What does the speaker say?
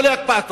לא להקפאתו,